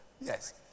Yes